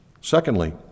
Secondly